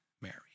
Mary